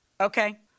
Okay